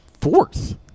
fourth